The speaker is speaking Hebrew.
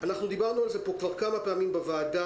ודיברנו על זה פה כבר כמה פעמים בוועדה.